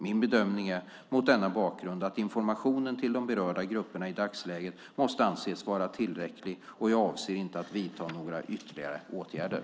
Min bedömning är, mot denna bakgrund, att informationen till de berörda grupperna i dagsläget måste anses vara tillräcklig, och jag avser inte att vidta några ytterligare åtgärder.